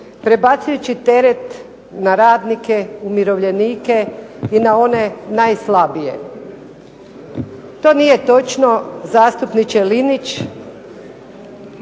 prebacujući teret na radnike, umirovljenike i na one najslabije." To nije točno zastupniče Linić,